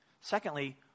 Secondly